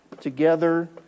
together